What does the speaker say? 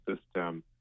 system